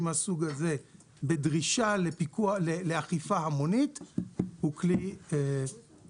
מהסוג הזה באכיפה המונית הוא כלי אפקטיבי,